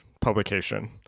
publication